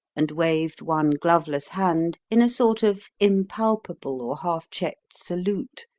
and waved one gloveless hand in a sort of impalpable or half-checked salute,